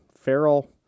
feral